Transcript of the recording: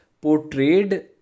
portrayed